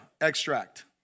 extract